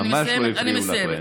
ממש לא הפריעו לך באמצע.